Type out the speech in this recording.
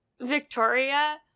Victoria